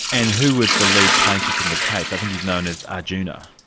and who was the lead plaintiff in the case? i think he's known as arjuna.